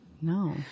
No